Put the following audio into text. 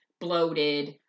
bloated